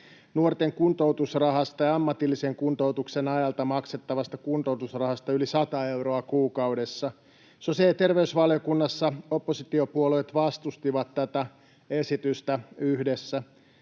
nuorten kuntoutusrahasta ja ammatillisen kuntoutuksen ajalta maksettavasta kuntoutusrahasta yli 100 euroa kuukaudessa. Sosiaali- ja terveysvaliokunnassa oppositiopuolueet vastustivat tätä esitystä yhdessä.